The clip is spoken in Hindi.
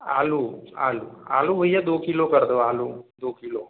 आलू आलू आलू भैया दो किलो कर दो आलू दो किलो